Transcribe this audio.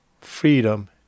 freedom